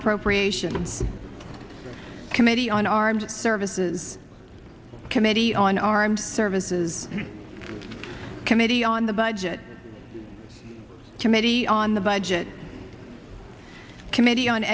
appropriations committee on armed services committee on armed services committee on the budget committee on the budget committee on